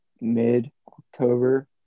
mid-October